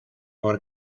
por